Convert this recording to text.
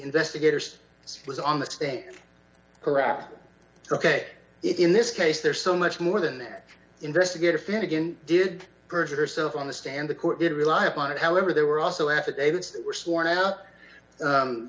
investigators was on the stand correct ok it in this case there's so much more than that investigator finnigan did perjured herself on the stand the court did rely upon it however there were also affidavits were sworn out